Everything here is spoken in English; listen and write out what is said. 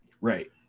Right